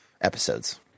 episodes